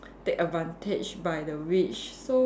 take advantage by the witch so